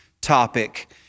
topic